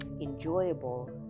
enjoyable